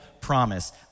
promise